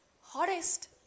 hottest